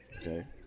okay